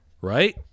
right